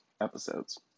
episodes